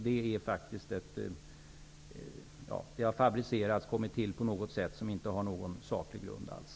Den är faktiskt tillkommen på något sätt som inte har någon saklig grund alls.